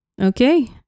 okay